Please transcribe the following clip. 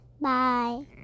Bye